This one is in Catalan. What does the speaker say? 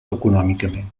econòmicament